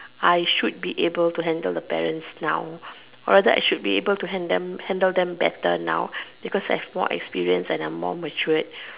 I should be able to handle the parents now or rather I should be able to handle them handle better now because I have more experience and I am more matured